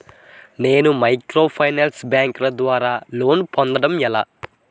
నేను మైక్రోఫైనాన్స్ బ్యాంకుల ద్వారా లోన్ పొందడం ఎలా?